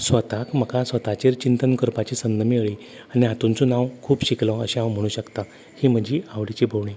स्वताक म्हाका स्वताचेर चिंतन करपाची संद मेळ्ळी आनीहातूंतसून हांव खूब शिकलों अशें हांव म्हणूं शकतां ही म्हजी आवडीची भोंवडी